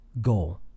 goal